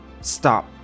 stop